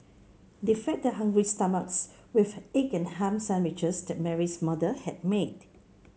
they fed their hungry stomachs with the egg and ham sandwiches that Mary's mother had made